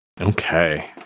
Okay